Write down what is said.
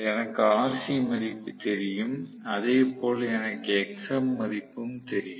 எனக்கு Rc மதிப்பு தெரியும் அதேபோல எனக்கு Xm மதிப்பும் தெரியும்